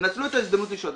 תנצלו את ההזדמנות לשאול.